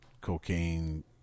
cocaine